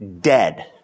dead